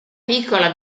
piccola